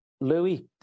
Louis